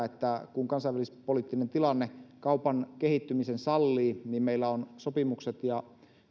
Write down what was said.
että kun kansainvälispoliittinen tilanne kaupan kehittymisen sallii niin meillä on sopimukset ja